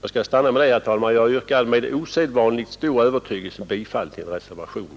Jag skall nöja mig med detta, herr talman, och yrkar med osedvanligt stor övertygelse bifall till reservationen.